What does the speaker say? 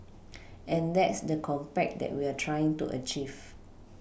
and that's the compact that we're trying to achieve